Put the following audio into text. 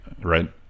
right